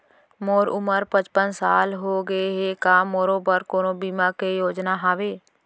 मोर उमर पचपन साल होगे हे, का मोरो बर कोनो बीमा के योजना हावे?